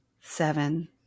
Seven